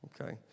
Okay